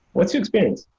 what's your experience?